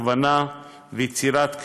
הכוונה ויצירת כתובת,